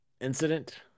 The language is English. incident